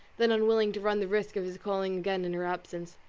than unwilling to run the risk of his calling again in her absence.